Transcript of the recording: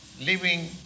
living